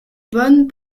bonnes